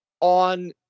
on